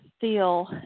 feel